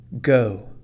Go